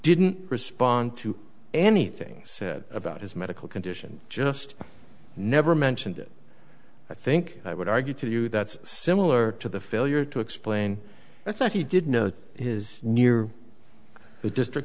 didn't respond to anything said about his medical condition just never mentioned it i think i would argue to you that's similar to the failure to explain i thought he did know his near the district